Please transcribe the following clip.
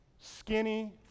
skinny